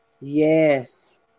Yes